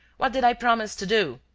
what did i promise to do?